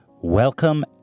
Welcome